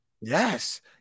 Yes